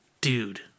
Dude